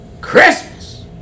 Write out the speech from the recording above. Christmas